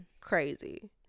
crazy